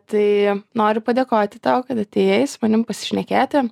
tai noriu padėkoti tau kad atėjai su manim pasišnekėti